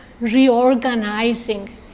reorganizing